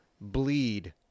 bleed